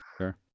sure